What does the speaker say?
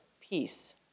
peace